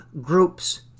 groups